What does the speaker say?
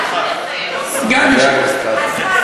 סגן יושב-ראש הכנסת.